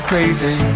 crazy